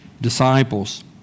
disciples